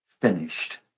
finished